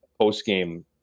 post-game